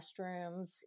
restrooms